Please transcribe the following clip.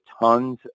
tons